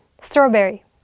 Strawberry